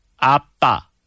Apa